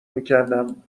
میکردم